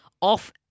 off